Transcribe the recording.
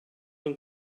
and